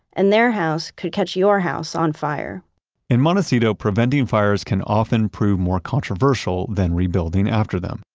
and their house could catch your house on fire in montecito, preventing fires can often prove more controversial than rebuilding after them.